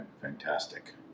fantastic